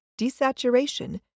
desaturation